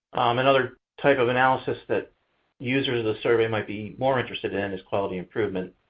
another type of analysis that users of the survey might be more interested in is quality improvement.